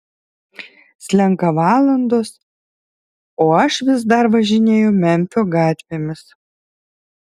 slenka valandos o aš vis dar važinėju memfio gatvėmis